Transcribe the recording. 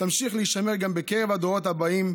תמשיך להישמר גם בקרב הדורות הבאים,